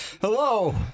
Hello